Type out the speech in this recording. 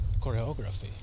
choreography